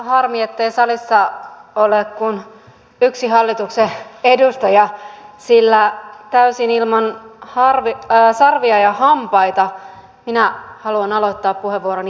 harmi ettei salissa ole kuin yksi hallituksen edustaja sillä täysin ilman sarvia ja hampaita minä haluan aloittaa puheenvuoroni kiitoksella